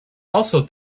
also